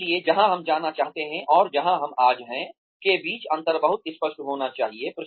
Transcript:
इसलिए जहां हम जाना चाहते हैं और जहां हम आज हैं के बीच अंतर बहुत स्पष्ट होने की जरूरत है